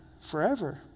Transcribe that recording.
Forever